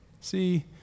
See